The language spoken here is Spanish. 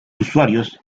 usuarios